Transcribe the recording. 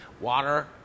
Water